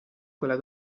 quella